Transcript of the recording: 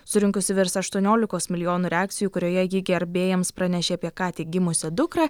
surinkusi virs aštuoniolikos milijonų reakcijų kurioje ji gerbėjams pranešė apie ką tik gimusią dukrą